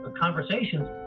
conversations